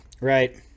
Right